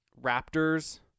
Raptors